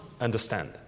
understand